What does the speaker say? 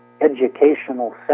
educational